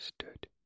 stood